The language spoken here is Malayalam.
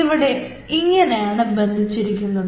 ഇവിടെ ഇങ്ങനെയാണ് ബന്ധിച്ചിരിക്കുന്നത്